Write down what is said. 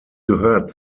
gehört